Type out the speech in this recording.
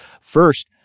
First